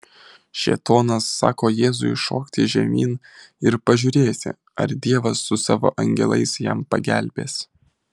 šėtonas sako jėzui šokti žemyn ir pažiūrėti ar dievas su savo angelais jam pagelbės